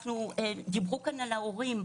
דיברו כאן על ההורים.